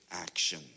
action